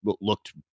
looked